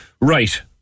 Right